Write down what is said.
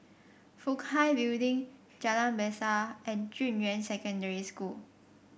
Fook Hai Building Jalan Besar and Junyuan Secondary School